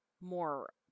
more